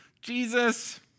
Jesus